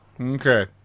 okay